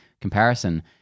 comparison